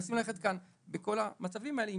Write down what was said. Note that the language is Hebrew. לכן אנחנו מנסים ללכת כאן בכל המצבים האלה עם